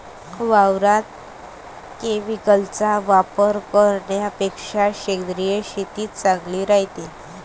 वावरात केमिकलचा वापर करन्यापेक्षा सेंद्रिय शेतीच चांगली रायते